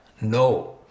No